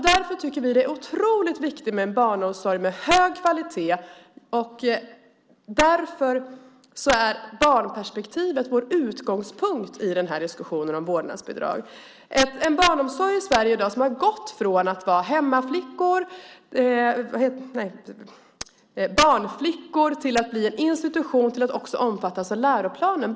Därför är det otroligt viktigt med en barnomsorg med hög kvalitet, och därför är barnperspektivet vår utgångspunkt i diskussionen om vårdnadsbidrag. Barnomsorgen i Sverige har gått från att handla om barnflickor till en institution som omfattas av läroplanen.